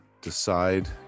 decide